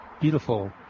beautiful